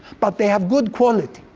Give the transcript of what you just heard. but they have good quality.